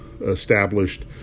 established